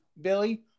billy